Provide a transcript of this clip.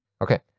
okay